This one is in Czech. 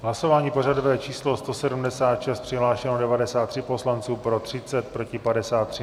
Hlasování pořadové číslo 176, přihlášeno 93 poslanců, pro 30, proti 53.